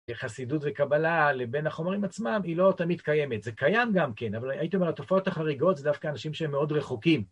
חסידות וקבלה לבין החומרים עצמם היא לא תמיד קיימת, זה קיים גם כן, אבל הייתי אומר, התופעות החריגות זה דווקא אנשים שהם מאוד רחוקים.